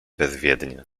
bezwiednie